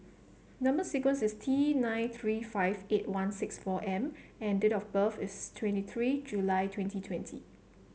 number sequence is T nine three five eight one six four M and date of birth is twenty three July twenty twenty